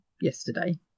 yesterday